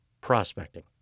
prospecting